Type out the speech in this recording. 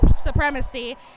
supremacy